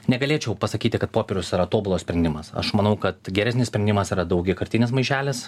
negalėčiau pasakyti kad popierius yra tobulas sprendimas aš manau kad geresnis sprendimas yra daugiakartinis maišelis